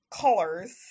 Colors